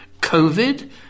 Covid